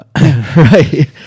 Right